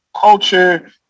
culture